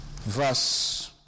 verse